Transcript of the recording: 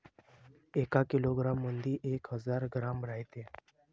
एका किलोग्रॅम मंधी एक हजार ग्रॅम रायते